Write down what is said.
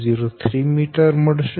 03 m છે